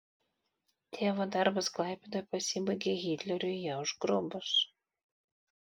tėvo darbas klaipėdoje pasibaigė hitleriui ją užgrobus